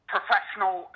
professional